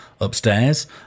upstairs